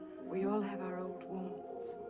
we all have our old wounds.